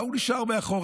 וההוא נשאר מאחור.